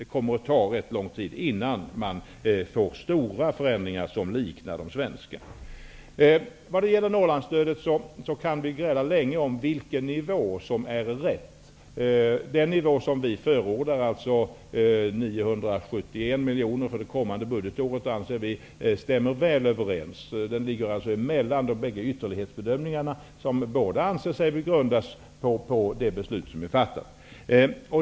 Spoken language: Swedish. Det kommer att ta lång tid innan man får stora förändringar till stånd som liknar de svenska. Vad gäller Norrlandsstödet kan vi gräla länge om vilken nivå som är den rätta. Den nivå som vi förordar, dvs. 971 miljoner för det kommande budgetåret, anser vi stämmer väl. Den ligger mellan de båda ytterlighetsbedömningar som båda anses grunda sig på det beslut som är fattat.